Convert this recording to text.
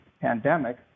pandemic